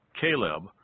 Caleb